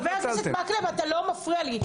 חבר הכנסת מקלב, אתה לא מפריע לי.